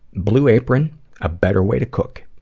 blue apron a better way to cook.